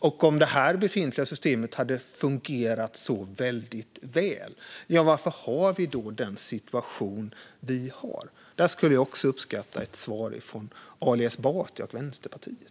Om det befintliga systemet hade fungerat så väl, varför har vi den situation vi har? Där skulle jag uppskatta ett svar från Ali Esbati och Vänsterpartiet.